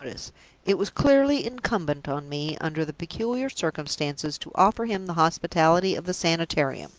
it was clearly incumbent on me, under the peculiar circumstances, to offer him the hospitality of the sanitarium.